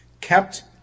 kept